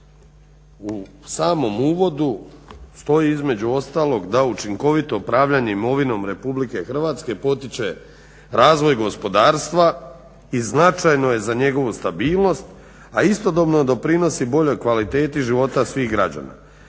U samom uvodu stoji između ostalog da učinkovito upravljanje imovinom Republike Hrvatske potiče razvoj gospodarstva i značajno je za njegovu stabilnost, a istodobno doprinosi boljoj kvaliteti života svih građana.